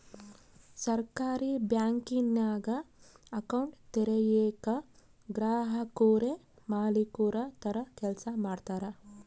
ಸಹಕಾರಿ ಬ್ಯಾಂಕಿಂಗ್ನಾಗ ಅಕೌಂಟ್ ತೆರಯೇಕ ಗ್ರಾಹಕುರೇ ಮಾಲೀಕುರ ತರ ಕೆಲ್ಸ ಮಾಡ್ತಾರ